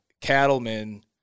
cattlemen